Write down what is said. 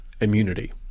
immunity